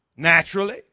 naturally